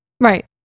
right